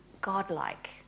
God-like